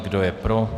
Kdo je pro?